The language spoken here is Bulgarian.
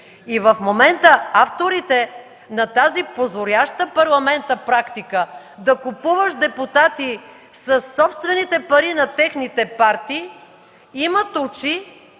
В момента авторите на тази позоряща парламента практика да купуваш депутати със собствените пари на техните партии имат очи